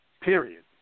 period